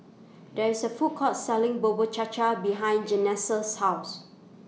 There IS A Food Court Selling Bubur Cha Cha behind Janessa's House